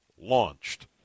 launched